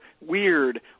weird